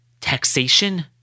taxation